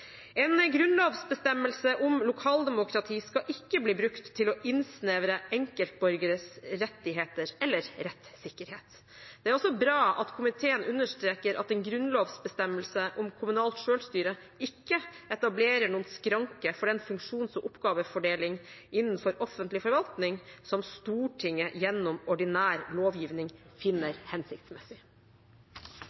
En grunnlovsbestemmelse om lokaldemokrati skal ikke bli brukt til å innsnevre enkeltborgeres rettigheter eller rettssikkerhet. Det er også bra at komiteen understreker at en grunnlovsbestemmelse om kommunalt selvstyre ikke etablerer noen skranke for den funksjons- og oppgavefordelingen innenfor offentlig forvaltning som Stortinget gjennom ordinær lovgivning finner